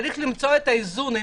צריך למצוא את האיזון.